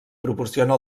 proporciona